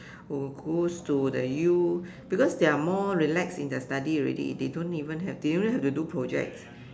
who goes to the U because they are more relaxed in their study already they don't even have they only have to do projects